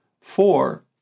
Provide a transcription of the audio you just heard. Four